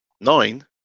nine